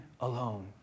alone